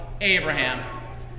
Abraham